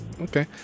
Okay